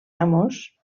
amos